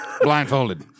Blindfolded